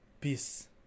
peace